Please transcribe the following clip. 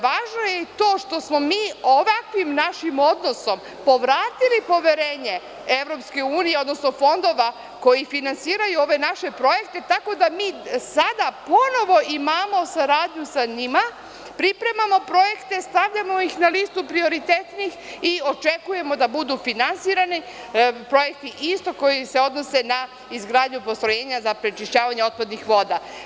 Važno je i to što smo mi ovakvim našim odnosom povratili poverenje EU, odnosno fondova koji finansiraju ove naše projekte, tako da mi sada ponovo imamo saradnju sa njima, pripremamo projekte, stavljamo ih na listu prioritetnih i očekujemo da budu finansirani projekti isto koji se odnose na izgradnju postrojenja za prečišćavanje otpadnih voda.